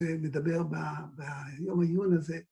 ‫מדבר ביום העיון הזה.